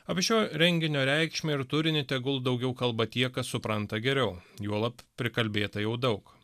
apie šio renginio reikšmę ir turinį tegul daugiau kalba tie kas supranta geriau juolab prikalbėta jau daug